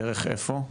דרך איפה?